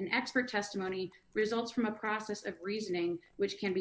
an expert testimony results from a process of reasoning which can be